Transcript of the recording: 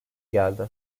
geldi